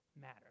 matter